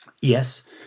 yes